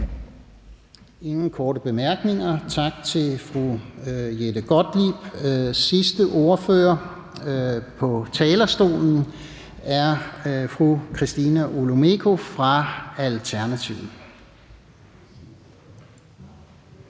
ingen korte bemærkninger. Tak til fru Jette Gottlieb. Sidste ordfører på talerstolen er fru Christina Olumeko fra Alternativet.